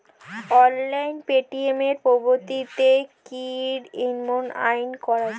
Online পেমেন্টের পদ্ধতিতে কি ই.এম.আই করা যায়?